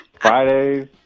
Fridays